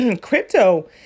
crypto